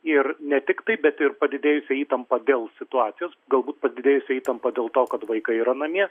ir ne tiktai bet ir padidėjusią įtampą dėl situacijos galbūt padidėjusią įtampą dėl to kad vaikai yra namie